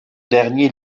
dernier